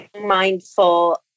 mindful